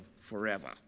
forever